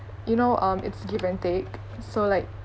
you know um it's give and take so like